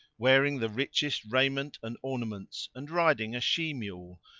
wearing the richest raiment and ornaments and riding a she mule,